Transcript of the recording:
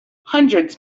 hundreds